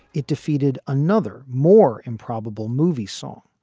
it defeated another more improbable movie song.